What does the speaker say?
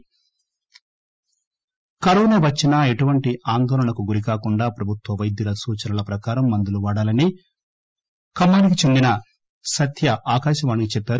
Covid Khammam corona వచ్చినా ఎటువంటి ఆందోళనకు గురికాకుండా ప్రభుత్వ వైద్యుల సూచనల ప్రకారం మందులు వాడాలని ఖమ్మానికి చెందిన సత్వ ఆకాశవాణికి చెప్పారు